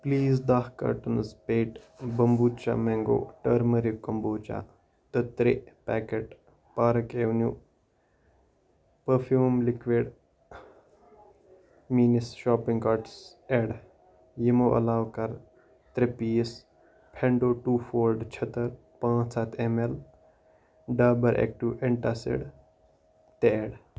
please دہ cottons پیٹہِ بامبوٗچا مینٛگو ٹٔرمٔرِک کمباچا تہٕ ترٛےٚ packet Park Avenue perfume liquid میٲنِس شاپنگ کارٹَس ایڈ یِمو علاوٕ کَر ترٛےٚ پیٖس فٮ۪نٛڈو ٹوٗ فولڈ چھٔتٕر، پانٛژھ ہَتھ M L Dabur active antacid تہِ ایڈ